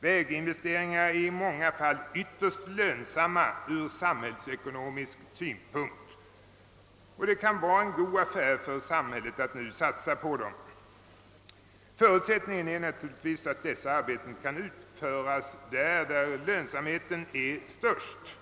Väginvesteringar är i många fall ytterst lönsamma från samhällsekonomisk synpunkt, och det kan vara en god affär för samhället att nu satsa på dem. Förutsättningen är att dessa arbeten skall utföras där lönsamheten är störst.